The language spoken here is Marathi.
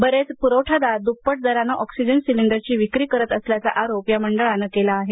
बरेच पुरवठादार दुप्पट दरानं ऑक्सिजन सिलिंडरची विक्री करत असल्याचा आरोप या मंडळानं केला आहे